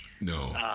No